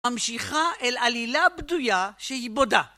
ממשיכה אל עלילה בדויה שהיא בודה